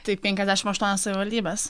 tai penkiasdešim aštuonios savivaldybės